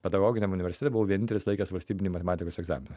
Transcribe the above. pedagoginiam universitete buvau vienintelis laikęs valstybinį matematikos egzaminą